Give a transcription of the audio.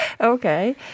Okay